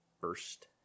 first